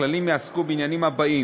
הכללים יעסקו בעניינים האלה: